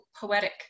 poetic